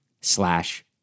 slash